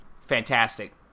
Fantastic